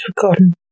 forgotten